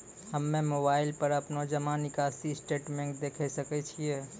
हम्मय मोबाइल पर अपनो जमा निकासी स्टेटमेंट देखय सकय छियै?